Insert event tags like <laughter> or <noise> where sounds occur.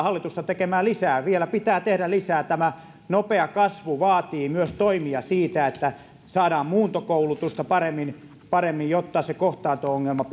<unintelligible> hallitusta tekemään lisää vielä pitää tehdä lisää tämä nopea kasvu vaatii myös toimia siinä että saadaan muuntokoulutusta paremmin paremmin jotta se kohtaanto ongelma <unintelligible>